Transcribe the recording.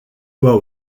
what